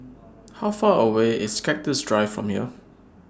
How Far away IS Cactus Drive from here